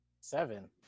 Seven